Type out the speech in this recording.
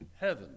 heaven